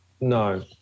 No